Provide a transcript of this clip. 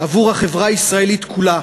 עבור החברה הישראלית כולה.